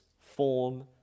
form